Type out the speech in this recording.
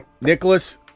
Nicholas